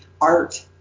art